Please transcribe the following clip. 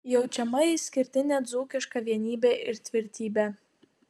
jaučiama išskirtinė dzūkiška vienybė ir tvirtybė